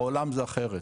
בעולם זה אחרת.